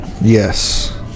Yes